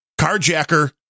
carjacker